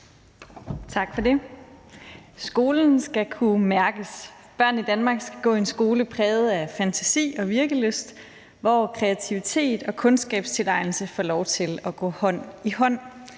Tak for det. Skolen skal kunne mærkes. Børnene i Danmark skal gå i en skole præget af fantasi og virkelyst, hvor kreativitet og kundskabstilegnelse får lov til at gå hånd i hånd.